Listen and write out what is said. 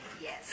Yes